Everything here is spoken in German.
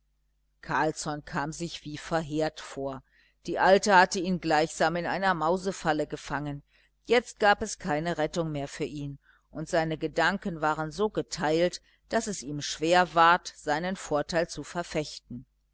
carlsson kam sich wie verheert vor die alte hatte ihn gleichsam in einer mausefalle gefangen jetzt gab es keine rettung mehr für ihn und seine gedanken waren so geteilt daß es ihm schwer ward seinen vorteil zu verfechten